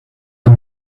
the